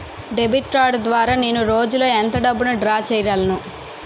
Debit card ద్వారా నేను రోజు లో ఎంత డబ్బును డ్రా చేయగలను?